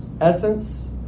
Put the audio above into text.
Essence